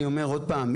אני אומר עוד פעם,